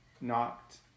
knocked